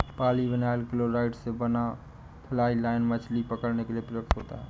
polyvinyl chloride से बना fly line मछली पकड़ने के लिए प्रयुक्त होता है